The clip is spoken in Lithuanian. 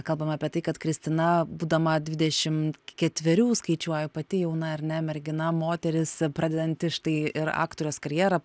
kalbam apie tai kad kristina būdama dvidešim ketverių skaičiuoju pati jauna ar ne mergina moteris pradedanti štai ir aktorės karjerą